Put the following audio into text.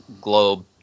globe